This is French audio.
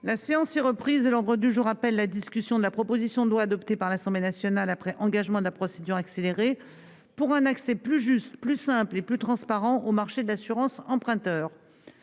La séance est reprise. L'ordre du jour appelle la discussion de la proposition de loi, adoptée par l'Assemblée nationale après engagement de la procédure accélérée, pour un accès plus juste, plus simple et plus transparent au marché de l'assurance emprunteur